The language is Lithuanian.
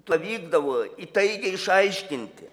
pavykdavo įtaigiai išaiškinti